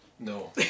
no